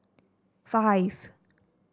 five